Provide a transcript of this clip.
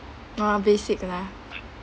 !wah! basic lah